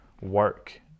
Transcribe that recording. work